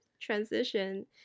transition